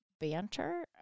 banter